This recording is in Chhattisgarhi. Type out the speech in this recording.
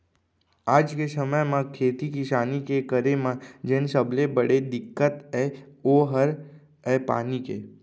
आज के समे म खेती किसानी के करे म जेन सबले बड़े दिक्कत अय ओ हर अय पानी के